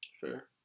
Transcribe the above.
Fair